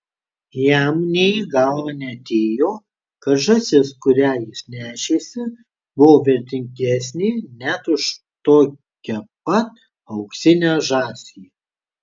jam nė į galvą neatėjo kad žąsis kurią jis nešėsi buvo vertingesnė net už tokią pat auksinę žąsį